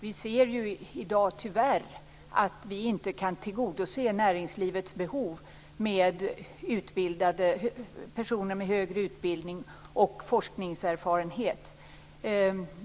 Vi ser i dag tyvärr att vi inte kan tillgodose näringslivets behov av personer med högre utbildning och forskningserfarenhet.